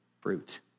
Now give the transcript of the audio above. fruit